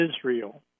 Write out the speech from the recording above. Israel